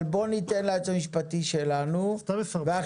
אבל בואו ניתן ליועץ המשפטי שלנו,